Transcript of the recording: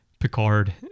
Picard